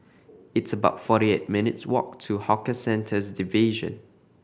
it's about forty eight minutes' walk to Hawker Centres Division